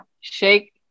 shake